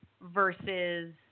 versus